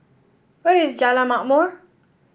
where is Jalan Ma'mor